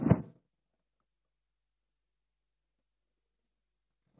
יש לך שלוש דקות.